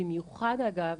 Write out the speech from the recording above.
במיוחד אגב,